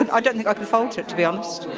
and i don't think i could fault it, to be honest.